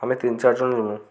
ଆମେ ତିନି ଚାରିଜଣ ଯିବୁ